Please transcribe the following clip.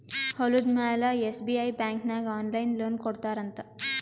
ಹೊಲುದ ಮ್ಯಾಲ SBI bank ನಾಗ್ ಆನ್ಲೈನ್ ಲೋನ್ ಕೊಡ್ತಾರ್ ಅಂತ್